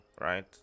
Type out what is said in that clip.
right